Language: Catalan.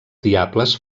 diables